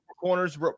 Corners